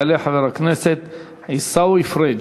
יעלה חבר הכנסת עיסאווי פריג',